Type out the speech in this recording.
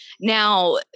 Now